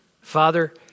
Father